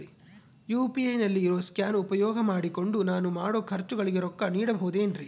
UPI ನಲ್ಲಿ ಇರೋ scan ಉಪಯೋಗ ಮಾಡಿಕೊಂಡು ನಾನು ಮಾಡೋ ಖರ್ಚುಗಳಿಗೆ ರೊಕ್ಕ ನೇಡಬಹುದೇನ್ರಿ?